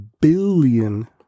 billion